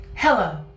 Hello